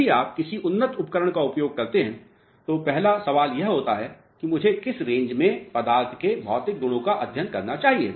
जब भी आप किसी उन्नत उपकरण का उपयोग करते हैं तो पहला सवाल यह होता है कि मुझे किस रेंज में पदार्थ के भौतिक गुणों का अध्ययन करना चाहिए